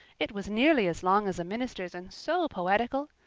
it was nearly as long as a minister's and so poetical.